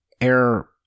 air